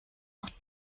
noch